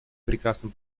прекрасным